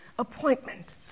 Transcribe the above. appointment